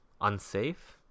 unsafe